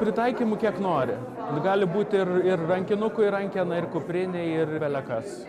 pritaikymų kiek nori gali būti ir ir rankinukui rankena ir kuprinei ir belekas